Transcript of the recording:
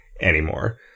anymore